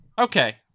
Okay